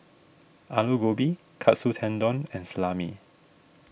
Alu Gobi Katsu Tendon and Salami